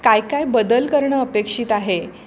काय काय बदल करणं अपेक्षित आहे